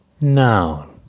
noun